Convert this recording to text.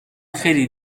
خیلی